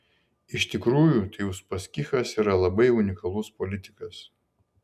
iš tikrųjų tai uspaskichas yra labai unikalus politikas